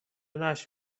نشر